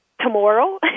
tomorrow